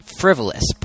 frivolous